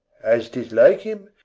as it is like him,